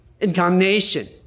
incarnation